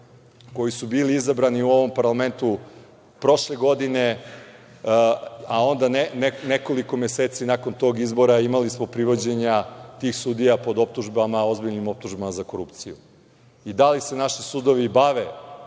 koji su bili izabrani u ovom parlamentu prošle godine, a onda nekoliko meseci nakon tog izbora imali smo privođenja tih sudova pod optužbama, ozbiljnim optužbama za korupciju? Da li se naši sudovi bave